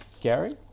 Gary